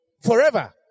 Forever